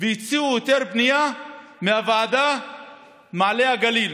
והוציאו היתר בנייה מהוועדה מעלה הגליל,